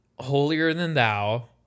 holier-than-thou